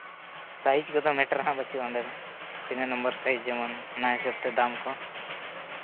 size ᱠᱚᱫᱚ matter ᱦᱟᱸᱜ ᱵᱟᱹᱪᱩᱜᱼᱟ ᱚᱸᱰᱮ ᱫᱚ ᱛᱤᱱᱟᱹᱜ ᱱᱚᱢᱵᱚᱨ ᱥᱟᱭᱤᱡᱽ ᱡᱮᱢᱚᱱ ᱚᱱᱟ ᱦᱤᱥᱟᱹᱵ ᱛᱮ ᱫᱟᱢ ᱠᱚ